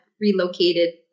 relocated